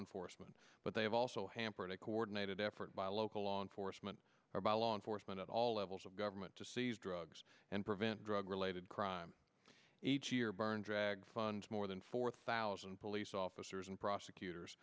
enforcement but they have also hampered a coordinated effort by local law enforcement or by law enforcement at all levels of government to seize drugs and prevent drug related crime each year burn drag fund more than four thousand police officers and prosecutors